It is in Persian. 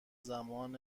زمان